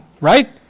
Right